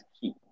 key